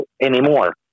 anymore